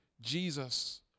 Jesus